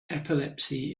epilepsy